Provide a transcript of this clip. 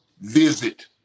visit